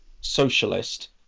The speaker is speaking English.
socialist